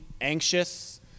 anxious